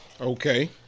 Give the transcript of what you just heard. okay